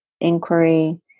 inquiry